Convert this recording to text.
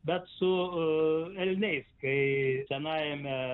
bet su elniais kai senajame